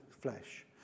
flesh